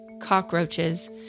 cockroaches